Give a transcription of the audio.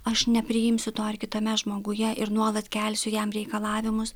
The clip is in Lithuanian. aš nepriimsiu to ar kitame žmoguje ir nuolat kelsiu jam reikalavimus